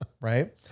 Right